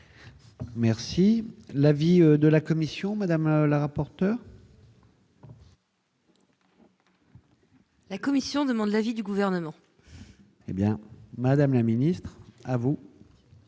Merci l'avis de la commission Madame la rapporteure. La commission demande l'avis du gouvernement. Eh bien, Madame la Ministre à vous.